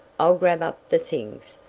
i'll grab up the things,